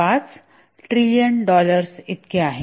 5 trillion dollars इतकी आहे